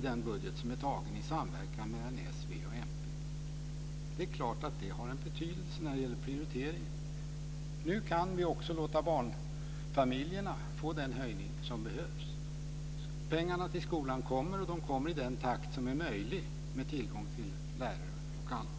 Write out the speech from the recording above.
den budget som är framtagen i samverkan mellan s, v och mp. Det är klart att det har en betydelse när det gäller prioriteringar. Nu kan vi också låta barnfamiljerna få den höjning som behövs. Pengarna till skolan kommer, och de kommer i den takt som är möjlig med tillgången till lärare och annat.